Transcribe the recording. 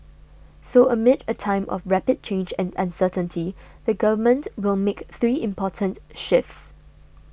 so amid a time of rapid change and uncertainty the Government will make three important shifts